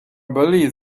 believe